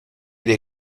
dei